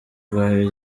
bwawe